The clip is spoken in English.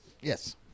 Yes